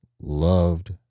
loved